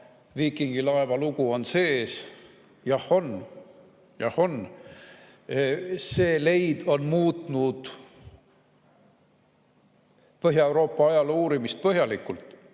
viikingilaeva lugu on sees. Jah, on. See leid on muutnud Põhja-Euroopa ajaloo uurimist põhjalikult.